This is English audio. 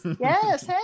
Yes